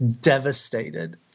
devastated